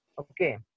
Okay